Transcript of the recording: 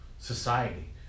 Society